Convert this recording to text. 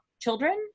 children